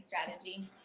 strategy